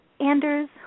Anders